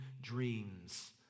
dreams